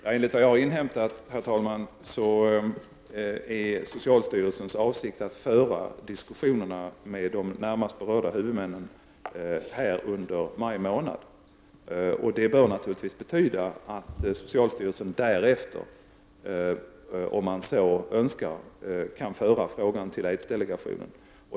Herr talman! Enligt vad jag har inhämtat är socialstyrelsens avsikt att föra diskussionerna med de här närmast berörda huvudmännen under maj månad. Det bör naturligtvis betyda att socialstyrelsen därefter, om man så önskar, kan föra frågan till aidsdelegationen.